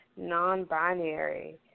Non-binary